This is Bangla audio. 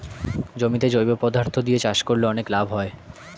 জমিতে জৈব পদার্থ দিয়ে চাষ করলে অনেক লাভ হয়